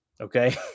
okay